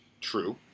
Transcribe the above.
True